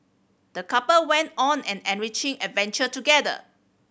the couple went on an enriching adventure together